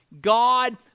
God